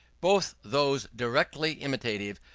both those directly imitative,